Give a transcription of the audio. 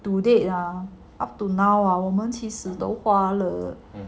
to date ah 我们其实都花了